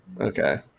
Okay